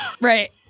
Right